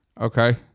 Okay